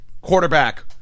quarterback